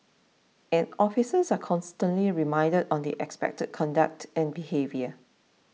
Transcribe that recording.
and officers are constantly reminded on the expected conduct and behaviour